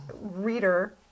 reader